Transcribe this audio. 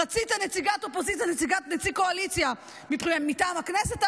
רצית נציגת אופוזיציה ונציג קואליציה מטעם הכנסת?